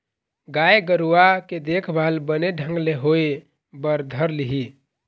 गाय गरुवा के देखभाल बने ढंग ले होय बर धर लिही